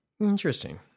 Interesting